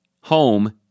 home